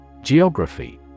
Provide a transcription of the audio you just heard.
Geography